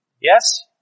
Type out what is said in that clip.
Yes